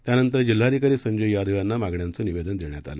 त्यानंतर जिल्हाधिकारी संजय यादव यांना मागण्यांचं निवेदन देण्यात आलं